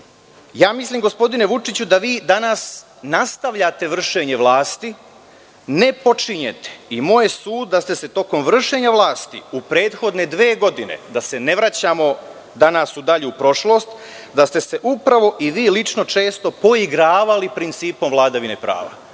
Ja mislim gospodine Vučiću da vi danas nastavljate vršenje vlasti, ne počinjete, i moj je sud da ste se tokom vršenja vlasti u prethodne dve godine, da se ne vraćamo u dalju prošlost, i vi lično često poigravali principom vladavine prava